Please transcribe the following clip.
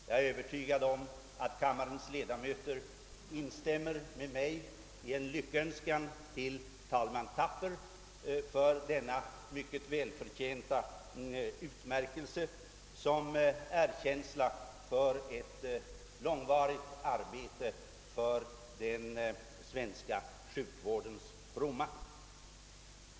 Jag är övertygad om att kammarens ledamöter instämmer med mig i en lyckönskan till talman Thapper för denna mycket välförtjänta utmärkelse såsom erkänsla för ett långvarigt arbete till den svenska sjukvårdens fromma.